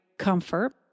comfort